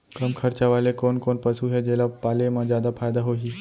कम खरचा वाले कोन कोन पसु हे जेला पाले म जादा फायदा होही?